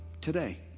today